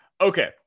Okay